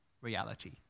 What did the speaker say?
reality